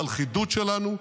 בלכידות שלנו,